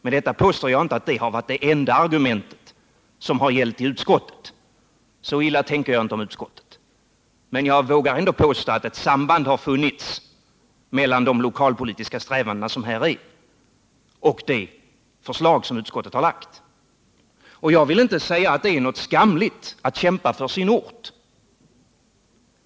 — Med detta påstår jag inte att det har varit det enda argument som har gällt i utskottet — så illa tänker jag inte om utskottet — men jag vågar ändå påstå att ett samband har funnits mellan de lokalpatriotiska strävanden som här finns och det förslag som utskottet har lagt fram. Jag vill inte säga att det är något skamligt att kämpa för sin ort.